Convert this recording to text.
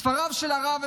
ספריו של הרב,